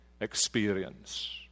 experience